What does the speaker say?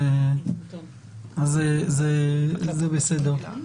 אז זה בסדר.